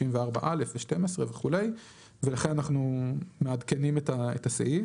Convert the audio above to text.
64א ו-(12) וכולי ולכן אנחנו מעדכנים את הסעיף.